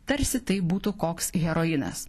tarsi tai būtų koks heroinas